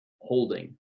holding